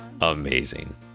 amazing